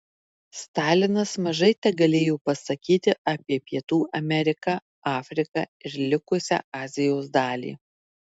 stalinas mažai tegalėjo pasakyti apie pietų ameriką afriką ir likusią azijos dalį